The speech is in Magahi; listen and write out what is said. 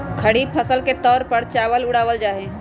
खरीफ फसल के तौर पर चावल उड़ावल जाहई